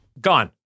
Gone